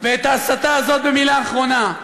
ואת ההסתה הזאת, במילה אחרונה,